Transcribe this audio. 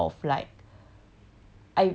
I think it's more of like